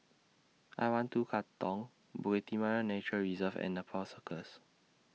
I one two Katong Bukit Timah Nature Reserve and Nepal Circus